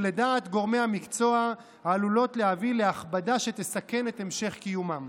שלדעת גורמי המקצוע עלולות להביא להכבדה שתסכן את המשך קיומם.